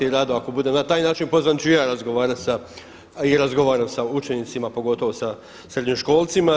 I rado, ako budem na taj način pozvan ću i ja razgovarat sa i razgovaram sa učenicima, posebno sa srednjoškolcima.